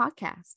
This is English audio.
podcast